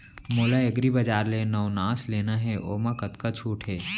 मोला एग्रीबजार ले नवनास लेना हे ओमा कतका छूट हे?